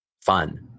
fun